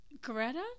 Greta